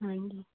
हाँ जी